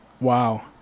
wow